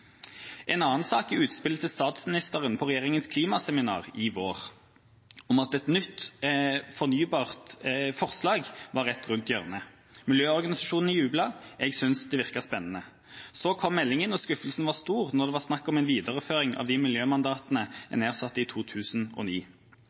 En annen sak er utspillet til statsministeren på regjeringas klimaseminar i vår, om at et nytt forslag om fornybar var rett rundt hjørnet. Miljøorganisasjonene jublet. Jeg syntes det virket spennende. Så kom meldinga, og skuffelsen var stor når det var snakk om en videreføring av de miljømandatene